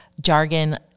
jargon